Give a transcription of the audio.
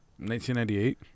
1998